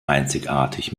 einzigartig